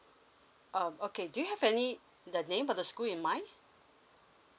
um okay do you have any the name of the school in mind